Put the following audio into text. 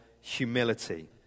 humility